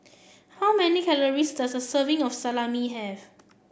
how many calories does a serving of Salami have